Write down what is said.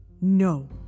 No